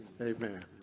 Amen